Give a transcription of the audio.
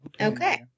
Okay